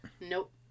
Nope